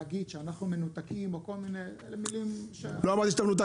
להגיד שאנחנו מנותקים אלה מילים --- לא אמרתי שאתה מנותק,